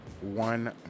one